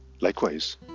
Likewise